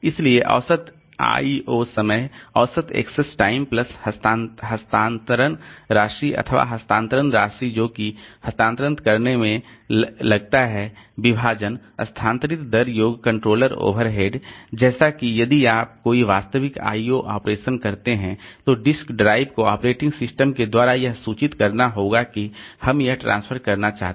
इसलिए औसत IO समय औसत एक्सेस टाइम प्लस हस्तांतरण राशि अथवा हस्तांतरण राशि जोकि हस्तांतरण करने में लगता है विभाजन स्थानांतरित दर योग कंट्रोलर ओवरहेड जैसा कि यदि आप कोई वास्तविक IO ऑपरेशन करते हैं तो डिस्क ड्राइव को ऑपरेटिंग सिस्टम के द्वारा यह सूचित करना होगा कि हम यह ट्रांसफर करना चाहते हैं